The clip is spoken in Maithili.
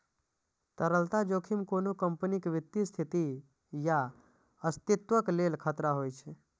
तरलता जोखिम कोनो कंपनीक वित्तीय स्थिति या अस्तित्वक लेल खतरा होइ छै